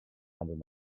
hundred